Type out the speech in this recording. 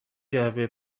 جعبه